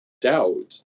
doubt